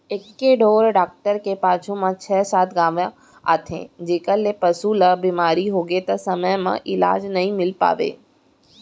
एके ढोर डॉक्टर के पाछू म छै सात गॉंव आथे जेकर ले पसु ल बेमारी होगे त समे म इलाज नइ मिल पावय